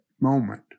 moment